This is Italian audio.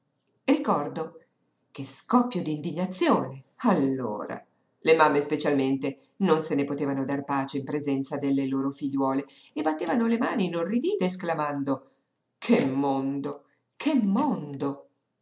ricordo che scoppio d'indignazione allora le mamme specialmente non se ne potevano dar pace in presenza delle loro figliuole e battevano le mani inorridite esclamando che mondo che mondo